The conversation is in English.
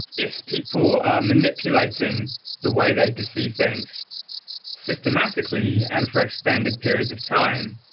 if people are manipulating the way they perceive things systematically and for extended periods of time,